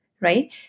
right